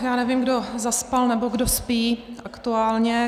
Já nevím, kdo zaspal, nebo kdo spí aktuálně.